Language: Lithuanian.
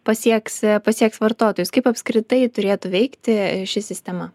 pasieks pasieks vartotojus kaip apskritai turėtų veikti ši sistema